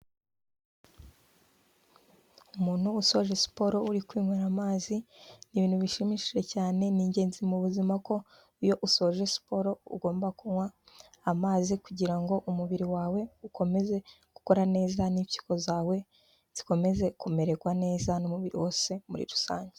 Umuntu usohoje siporo uri kunywera amazi, ni ibintu bishimishije cyane, ni ingenzi mu bu buzima, ko iyo usoje siporo ugomba kunywa amazi kugira ngo umubiri wawe ukomeze gukora neza, n'impyiko zawe zikomeze kumererwa neza, n'umubiri wose muri rusange.